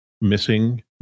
missing